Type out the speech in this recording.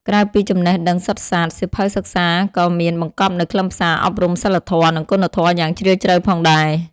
ក្រៅពីចំណេះដឹងសុទ្ធសាធ សៀវភៅសិក្សាក៏មានបង្កប់នូវខ្លឹមសារអប់រំសីលធម៌ និងគុណធម៌យ៉ាងជ្រាលជ្រៅផងដែរ។